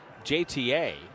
JTA